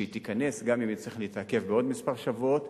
שהיא תיכנס, גם אם נצטרך להתעכב עוד כמה שבועות.